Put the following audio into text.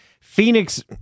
Phoenix